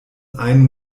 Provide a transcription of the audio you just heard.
einen